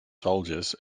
soldiers